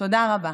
תודה רבה.